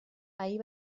ahir